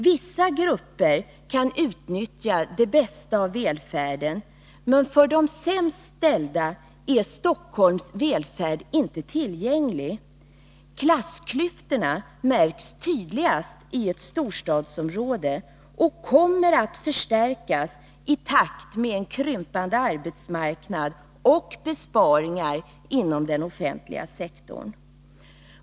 Vissa gynnade grupper kan utnyttja det bästa av välfärden, men för de sämst ställda är Stockholms välfärd inte tillgänglig. Klassklyftorna märks tydligast i ett storstadsområde, och de kommer att förstärkas i takt med en krympande arbetsmarknad och ökade besparingar inom den offentliga sektorn.